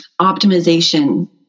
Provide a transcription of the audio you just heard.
optimization